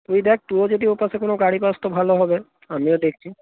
তুই দেখ তুইও যদি ওপাশে কোনো গাড়ি পাস তো ভালো হবে আমিও দেখছি